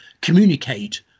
communicate